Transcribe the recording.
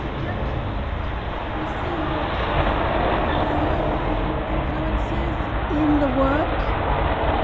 tracjectory we see more classical ballet influences in the work